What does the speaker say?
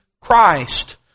Christ